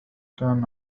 كان